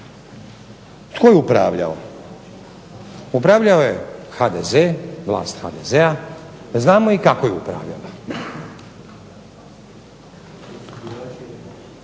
Tko je upravljao? HDZ, vlast HDZ-a i znamo kako je upravljala.